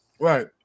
Right